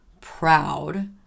proud